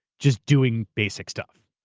just doing basic stuff.